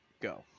Go